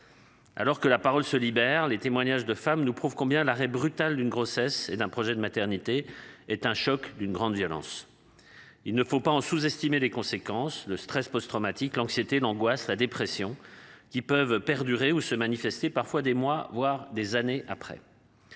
Alors que la parole se libère les témoignages de femmes nous prouve combien l'arrêt brutal d'une grossesse et d'un projet de maternité est un choc d'une grande violence. Il ne faut pas en sous-estimer les conséquences le stress post-traumatique, l'anxiété, l'angoisse, la dépression qui peuvent perdurer ou se manifester parfois des mois voire des années après.